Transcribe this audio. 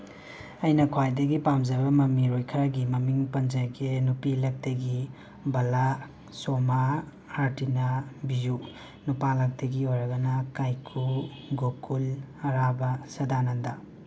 ꯑꯩꯅ ꯈ꯭ꯋꯥꯏꯗꯒꯤ ꯄꯥꯝꯖꯕ ꯃꯃꯤꯔꯣꯏ ꯈꯔꯒꯤ ꯃꯃꯤꯡ ꯄꯟꯖꯒꯦ ꯅꯨꯄꯤꯂꯛꯇꯒꯤ ꯕꯂꯥ ꯁꯣꯃꯥ ꯑꯥꯔꯇꯤꯅꯥ ꯕꯤꯖꯨ ꯅꯨꯄꯥꯂꯛꯇꯒꯤ ꯑꯣꯏꯔꯒꯅ ꯀꯥꯏꯀꯨ ꯒꯣꯀꯨꯜ ꯑꯔꯥꯕ ꯁꯗꯥꯅꯟꯗ